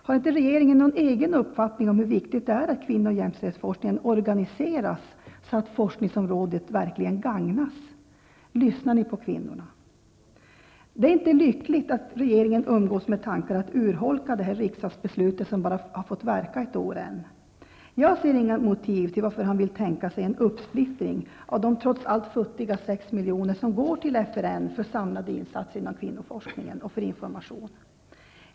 Har inte regeringen någon egen uppfattning om hur viktigt det är att kvinno och jämställdhetsforskningen organiseras så att forskningsområdet verkligen gagnas? Lyssnar ni på kvinnorna? Det är inte lyckligt att regeringen umgås med tanken att urholka det här riksdagsbeslutet, som bara har fått verka ett år. Jag ser inga motiv till att utbildningsministern vill tänka sig en uppsplittring av de trots allt futtiga 6 milj.kr. som går till FRN för samlade insatser inom kvinnoforskningen och för information.